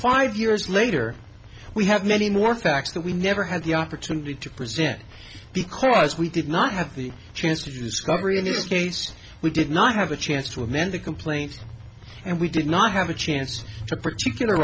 five years later we have many more facts that we never had the opportunity to present because we did not have the chance to discovery in this case we did not have a chance to amend the complaint and we did not have a chance to particular